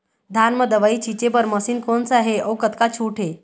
धान म दवई छींचे बर मशीन कोन सा हे अउ कतका छूट हे?